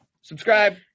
Subscribe